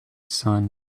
son